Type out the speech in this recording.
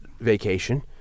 vacation